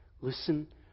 Listen